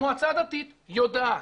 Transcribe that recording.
המועצה הדתית יודעת.